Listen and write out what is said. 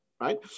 right